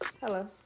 Hello